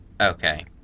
okay